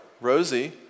Rosie